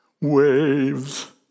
Waves